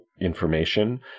information